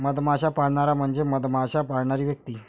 मधमाश्या पाळणारा म्हणजे मधमाश्या पाळणारी व्यक्ती